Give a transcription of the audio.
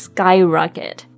Skyrocket